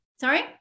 Sorry